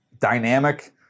dynamic